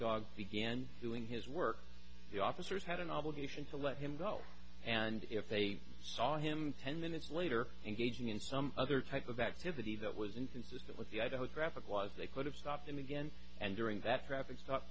dog began doing his work the officers had an obligation to let him go and if they saw him ten minutes later engaging in some other type of activity that was inconsistent with the idaho traffic was they could have stopped him again and during that traffic stop